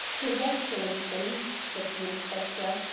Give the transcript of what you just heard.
his excellency, said the inspector,